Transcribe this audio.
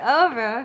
over